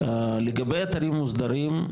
לגבי אתרים מוסדרים,